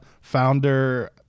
founder